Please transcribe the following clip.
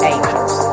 Angels